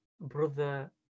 brother